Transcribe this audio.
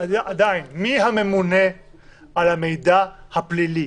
עדיין, מי הממונה על המידע הפלילי?